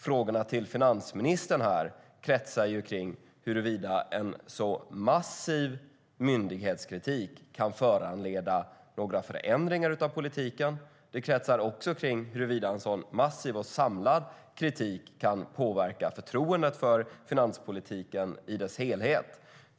Frågorna till finansministern kretsar kring huruvida en sådan massiv myndighetskritik kan föranleda några förändringar av politiken. De kretsar också kring huruvida en sådan massiv och samlad kritik kan påverka förtroendet för finanspolitiken i dess helhet.